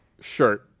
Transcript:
shirt